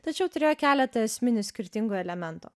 tačiau turėjo keletą esminių skirtingų elementų